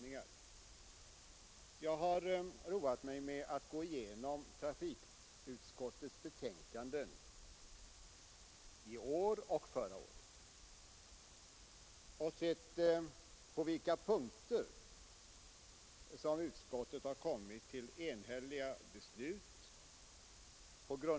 Jag har roat mig med att gå igenom trafikutskottets betänkanden förra året och i år och se efter på vilka punkter utskottet på grundval av motioner har kommit fram till enhälliga beslut.